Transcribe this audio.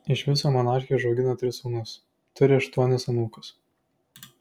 iš viso monarchė užaugino tris sūnus turi aštuonis anūkus